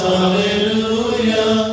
Hallelujah